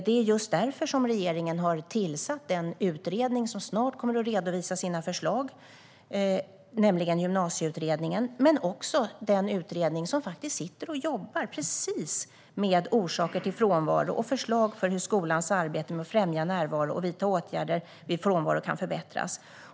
Det är därför som regeringen har tillsatt en utredning som snart kommer att redovisa sina förslag, nämligen Gymnasieutredningen. Sedan finns även den utredning som jobbar med frågor som gäller just orsaker till frånvaro, och den ska lägga fram förslag för hur skolans arbete med att främja närvaro och vidta åtgärder vid frånvaro kan förbättras.